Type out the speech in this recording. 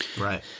Right